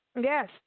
Yes